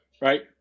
right